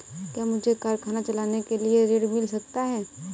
क्या मुझे कारखाना चलाने के लिए ऋण मिल सकता है?